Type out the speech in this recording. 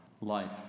life